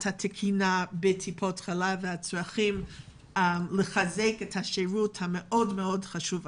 התקינה בטיפות החלב והצרכים ולחזק את השירות המאוד מאוד חשוב הזה.